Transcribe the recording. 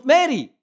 Mary